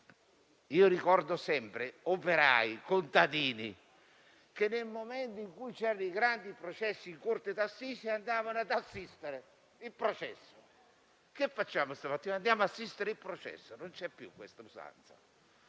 Io ricordo sempre operai e contadini che, nel momento in cui c'erano i grandi processi in corte d'assise, andavano ad assistere al processo. «Che facciamo stamattina? Andiamo ad assistere al processo». Adesso non c'è più questa usanza;